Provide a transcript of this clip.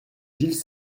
gilles